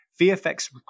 VFX